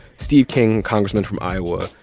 steve king, congressman from iowa,